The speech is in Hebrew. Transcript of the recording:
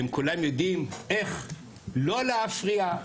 הן כולן יודעות איך לא להפריע,